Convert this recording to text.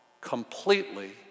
completely